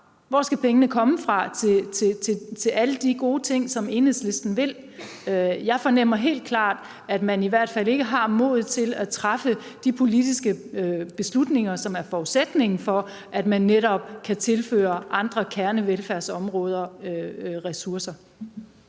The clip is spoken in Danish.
Hvor skal pengene komme fra til alle de gode ting, som Enhedslisten vil? Jeg fornemmer helt klart, at man i hvert fald ikke har modet til at træffe de beslutninger, som er forudsætningen for, at man netop kan tilføre andre kernevelfærdsområder ressourcer.